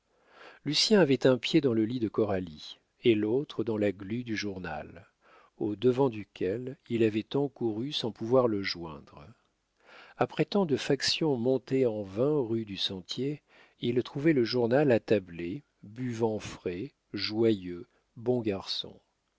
lucien avait un pied dans le lit de coralie et l'autre dans la glu du journal au-devant duquel il avait tant couru sans pouvoir le joindre après tant de factions montées en vain rue du sentier il trouvait le journal attablé buvant frais joyeux bon garçon